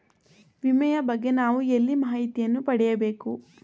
ವಿಮೆಯ ಬಗ್ಗೆ ನಾವು ಎಲ್ಲಿ ಮಾಹಿತಿಯನ್ನು ಪಡೆಯಬೇಕು?